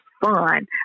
fun